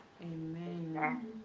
Amen